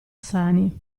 sani